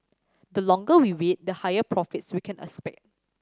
the longer we wait the higher profits we can expect